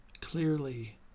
clearly